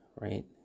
right